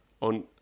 on